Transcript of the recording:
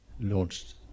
launched